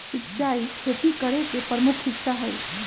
सिंचाई खेती करे के प्रमुख हिस्सा हई